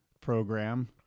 program